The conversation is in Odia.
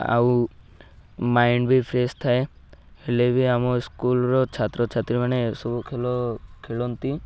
ଆଉ ମାଇଣ୍ଡ ବି ଫ୍ରେଶ ଥାଏ ହେଲେ ବି ଆମ ସ୍କୁଲ୍ର ଛାତ୍ରଛାତ୍ରୀମାନେ ଏସବୁ ଖେଳ ଖେଳନ୍ତି